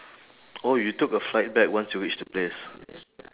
oh you took a flight back once you reach the place